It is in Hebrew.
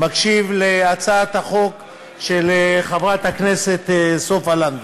להצעת החוק של חברת הכנסת סופה לנדבר.